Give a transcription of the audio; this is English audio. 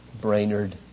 Brainerd